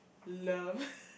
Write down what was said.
love